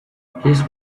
his